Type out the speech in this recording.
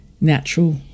natural